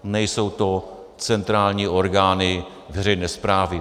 Nejsou to centrální orgány veřejné správy.